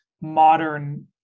modern